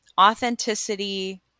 authenticity